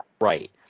Right